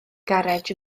garej